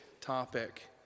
topic